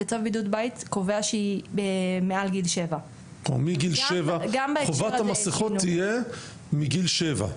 וצו בידוד בית קובע שהיא מעל גיל 7. זאת אומרת חובת המסכות תהיה מגיל 7?